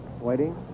waiting